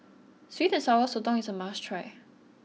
Sweet and Sour Sotong is a must try